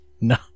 no